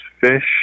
fish